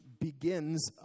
begins